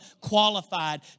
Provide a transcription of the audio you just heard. qualified